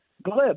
Glib